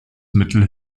mittel